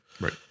Right